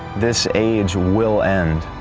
this age will end,